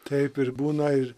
taip ir būna ir